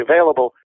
available